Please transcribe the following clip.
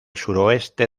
suroeste